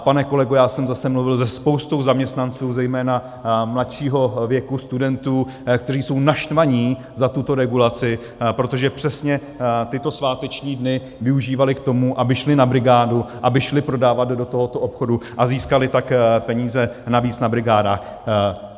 Pane kolego, já jsem zase mluvil se spoustou zaměstnanců, zejména mladšího věku, studentů, kteří jsou naštvaní za tuto regulaci, protože přesně tyto sváteční dny využívali k tomu, aby šli na brigádu, aby šli prodávat do tohoto obchodu, a získali tak peníze navíc na brigádách.